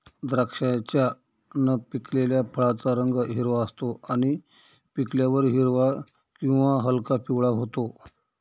द्राक्षाच्या न पिकलेल्या फळाचा रंग हिरवा असतो आणि पिकल्यावर हिरवा किंवा हलका पिवळा होतो